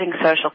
social